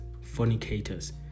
fornicators